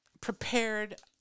prepared